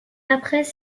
après